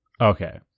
Okay